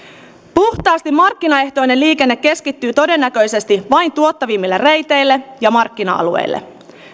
puhtaasti markkinaehtoinen liikenne keskittyy todennäköisesti vain tuottavimmille reiteille ja markkina alueille